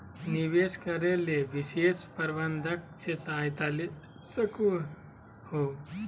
निवेश करे ले निवेश प्रबंधक से सहायता ले सको हो